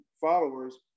followers